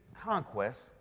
conquest